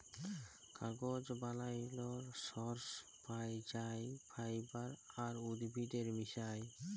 কাগজ বালালর সর্স পাই যাই ফাইবার আর উদ্ভিদের মিশায়া